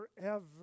forever